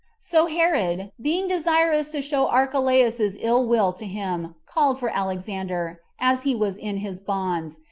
so herod, being desirous to show archelaus's ill-will to him, called for alexander, as he was in his bonds,